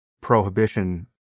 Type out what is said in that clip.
prohibition